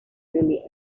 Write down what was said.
really